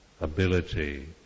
ability